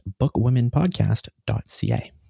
bookwomenpodcast.ca